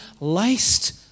laced